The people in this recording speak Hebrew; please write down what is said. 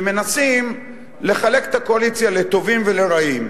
שמנסים לחלק את הקואליציה לטובים ולרעים,